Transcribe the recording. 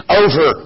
over